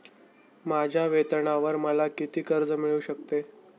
माझ्या वेतनावर मला किती कर्ज मिळू शकते?